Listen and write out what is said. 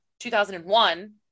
2001